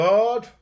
Lord